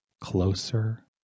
closer